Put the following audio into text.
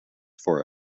for